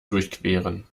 durchqueren